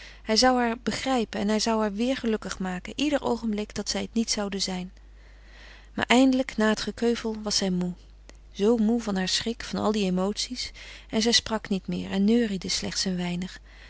hij zou haar begrijpen en hij zou haar weêr gelukkig maken ieder oogenblik dat zij het niet zoude zijn maar eindelijk na het gekeuvel was zij moê zoo moê van haar schrik van al die emoties en zij sprak niet meer en neuriede slechts een weinig